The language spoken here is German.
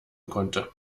konnte